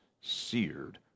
Seared